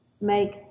make